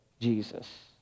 Jesus